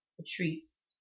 Patrice